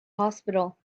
hospital